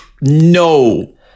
no